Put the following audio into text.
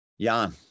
Jan